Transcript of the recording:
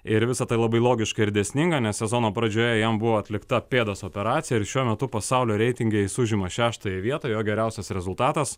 ir visa tai labai logiška ir dėsninga nes sezono pradžioje jam buvo atlikta pėdos operacija ir šiuo metu pasaulio reitinge užima šeštąją vietą jo geriausias rezultatas